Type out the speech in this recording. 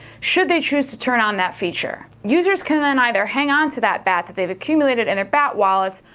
should they choose to turn on that feature. users can and either hang on to that bat that they've accumulated in their bat wallets,